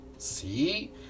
See